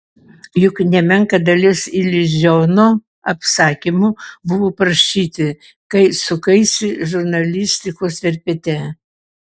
juk nemenka dalis iliuziono apsakymų buvo parašyti kai sukaisi žurnalistikos verpete